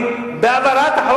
זה טוב?